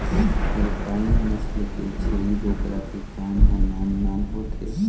alpine नसल के छेरी बोकरा के कान ह नान नान होथे